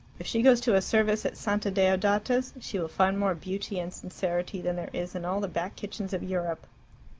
if she goes to a service at santa deodata's, she will find more beauty and sincerity than there is in all the back kitchens of europe.